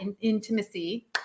intimacy